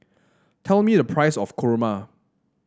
tell me the price of kurma